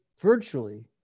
virtually